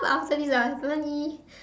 !huh! but after this I have money